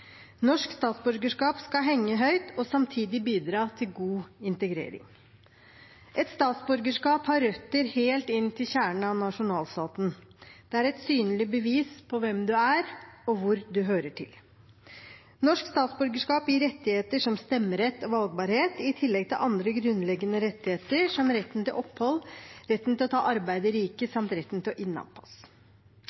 Norsk statsborgerskap skal henge høyt og samtidig bidra til god integrering. Et statsborgerskap har røtter helt inn til kjernen av nasjonalstaten. Det er et synlig bevis på hvem du er, og hvor du hører til. Norsk statsborgerskap gir rettigheter som stemmerett og valgbarhet i tillegg til andre grunnleggende rettigheter som retten til opphold, retten til å ta arbeid i